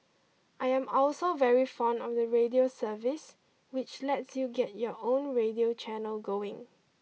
I am also very fond of the radio service which lets you get your own radio channel going